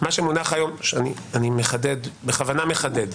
הן השתתפו בכל הדיונים, גם דגל התורה, גם המפד"ל,